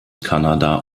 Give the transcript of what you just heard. kanada